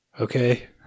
Okay